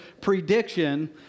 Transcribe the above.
prediction